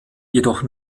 jedoch